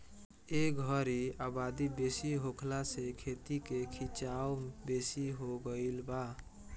ए घरी आबादी बेसी होखला से खेती के खीचाव बेसी हो गई बा